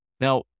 Now